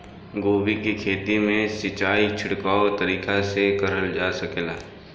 गोभी के खेती में सिचाई छिड़काव तरीका से क़रल जा सकेला?